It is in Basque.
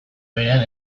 berean